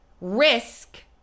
risk